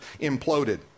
imploded